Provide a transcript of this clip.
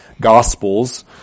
Gospels